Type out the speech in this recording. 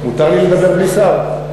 מותר לי לדבר בלי שר?